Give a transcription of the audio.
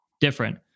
different